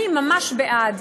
אני ממש בעד,